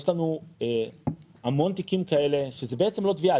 יש לנו המון תיקים כאלה שזה בעצם לא תביעה,